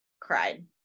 cried